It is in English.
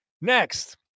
next